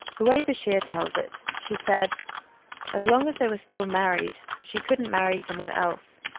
the way bashir tells it, she said as long as they were still married, she couldn't marry someone else.